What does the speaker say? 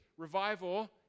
Revival